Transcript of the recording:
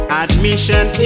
admission